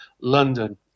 London